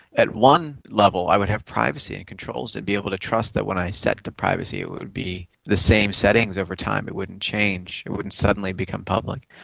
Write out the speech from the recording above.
at one level i would have privacy and controls to and be able to trust that when i set the privacy it would be the same settings over time, it wouldn't change, it wouldn't suddenly become public.